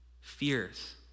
Fears